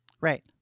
Right